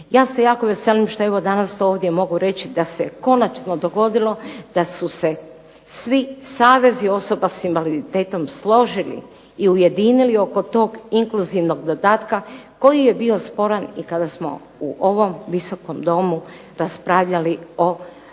Ja se jako veselim što evo danas to ovdje mogu reći da se konačno dogodilo da su se svi savezi osoba s invaliditetom složili i ujedinili oko tog inkluzivnog dodatka koji je bio sporan i kada smo u ovom visokom domu raspravljali o